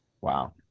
wow